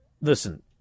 Listen